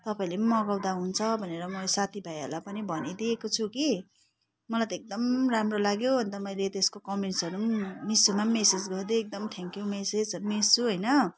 तपाईँहरूले पनि मगाउँदा हुन्छ भनेर म साथी भाइहरूलाई भनिदिएको छु कि मलाई त एकदम राम्रो लाग्यो अन्त मैले त्यसको कमेन्टसहरू पनि मिसोमा पनि मेसेज गरिदिएँ एकदम थ्याङ्कयू मेसेज मेसो होइन